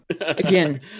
Again